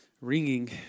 ringing